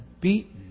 beaten